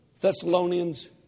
Thessalonians